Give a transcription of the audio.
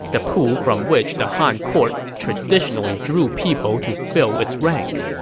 the pool from which the han court traditionally drew people to fill its ranks.